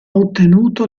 ottenuto